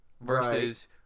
Versus